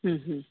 ಹ್ಞೂ ಹ್ಞೂ